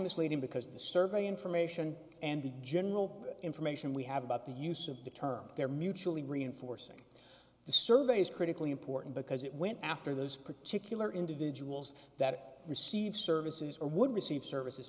misleading because the survey information and the general information we have about the use of the term they're mutually reinforcing the survey is critically important because it went after those particular individuals that receive services or would receive services